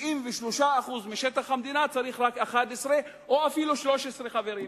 93% משטח המדינה צריך רק 11 או אפילו 13 חברים.